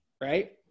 right